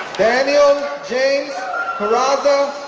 daniel james peraza-rudesill